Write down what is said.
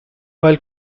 while